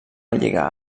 lliga